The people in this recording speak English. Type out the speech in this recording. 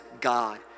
God